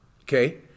Okay